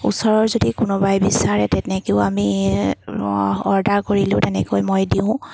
ওচৰৰ যদি কোনোবাই বিচাৰে তেনেকৈও আমি অৰ্ডাৰ কৰিলেও তেনেকৈ মই দিওঁ